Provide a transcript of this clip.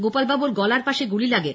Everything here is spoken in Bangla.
গোপালবাবুর গলার পাশে গুলি লাগে